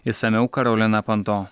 išsamiau karolina panto